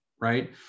right